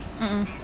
mmhmm